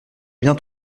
bien